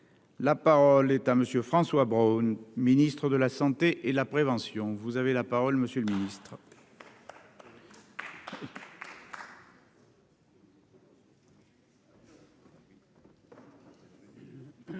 la parole est à monsieur François Braun Ministre de la santé et la prévention, vous avez la parole monsieur le Ministre.